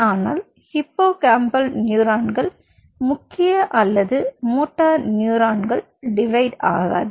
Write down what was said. ஆனால் ஹிப்போகாம்பல் நியூரான்கள் முக்கிய அல்லது மோட்டார் நியூரான்கள டிவைட் ஆகாது